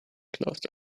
closed